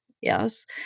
yes